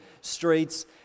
streets